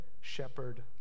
shepherd